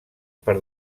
per